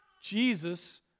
Jesus